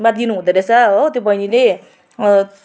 मा दिनु हुँदो रहेछ हो त्यो बहिनीले